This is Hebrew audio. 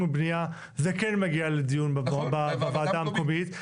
ובנייה זה כן מגיע לדיון בוועדה המקומית?